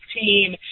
team